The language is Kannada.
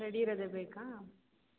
ರೆಡಿ ಇರೋದೆ ಬೇಕಾ